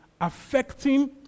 affecting